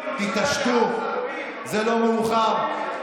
תתעשתו, זה לא מאוחר.